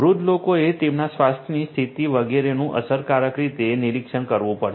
વૃદ્ધ લોકોએ તેમના સ્વાસ્થ્યની સ્થિતિ વગેરેનું અસરકારક રીતે નિરીક્ષણ કરવું પડશે